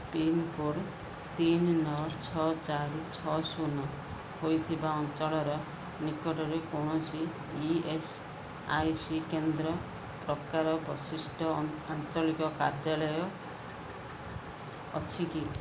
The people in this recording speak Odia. ପିନ୍ କୋଡ଼୍ ତିନି ନଅ ଛଅ ଚାରି ଛଅ ଶୂନ ହୋଇଥିବା ଅଞ୍ଚଳର ନିକଟରେ କୌଣସି ଇଏସ୍ଆଇସି କେନ୍ଦ୍ର ପ୍ରକାର ବିଶିଷ୍ଟ ଆଞ୍ଚଳିକ କାର୍ଯ୍ୟାଳୟ ଅଛି କି